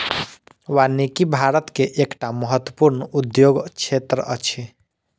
वानिकी भारत के एकटा महत्वपूर्ण उद्योग क्षेत्र अछि